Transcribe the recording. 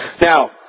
Now